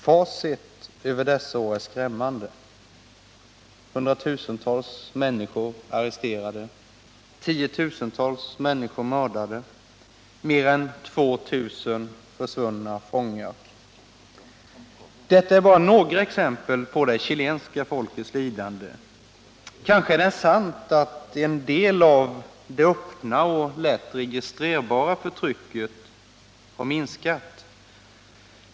Facit över dessa år är skrämmande: Hundratusentals människor arresterade. Tiotusentals människor mördade. Mer än tvåtusen ”försvunna fångar”. Detta är bara några exempel på det chilenska folkets lidanden. Kanske är det sant att en del av det öppna och lätt registrerbara förtrycket minskat.